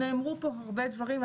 נאמרו פה הרבה דברים,